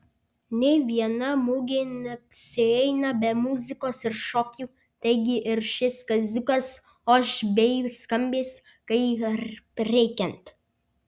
nė viena mugė neapsieina be muzikos ir šokių taigi ir šis kaziukas oš bei skambės kaip reikiant